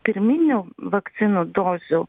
pirminių vakcinų dozių